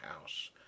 house